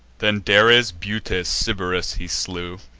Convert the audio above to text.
then dares, butes, sybaris he slew,